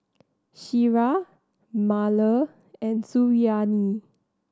Syirah Melur and Suriani